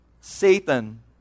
Satan